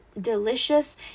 delicious